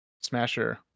Smasher